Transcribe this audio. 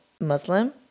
Muslim